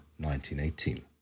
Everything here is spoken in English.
1918